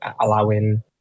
allowing